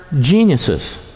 geniuses